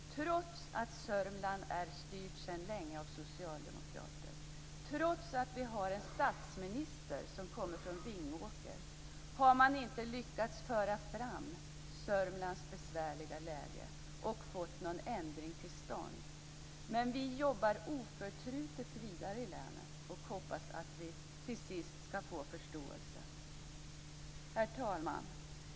Trots att Sörmland sedan länge är styrt av socialdemokrater och trots att vår statsminister kommer från Vingåker, har man inte lyckats föra fram Sörmlands besvärliga läge eller fått någon ändring till stånd. Men vi jobbar oförtrutet vidare i länet och hoppas att vi till sist skall få förståelse. Herr talman!